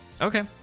Okay